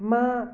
मां